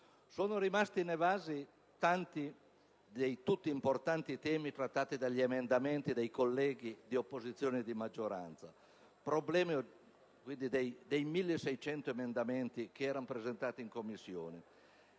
Sono rimasti inevasi tanti dei temi, tutti importanti, trattati dagli emendamenti dei colleghi, di opposizione e di maggioranza: i problemi affrontati dai 1.600 emendamenti che erano stati presentati in Commissione.